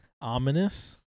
ominous